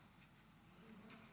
בימים שאזרחי